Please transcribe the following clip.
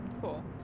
Cool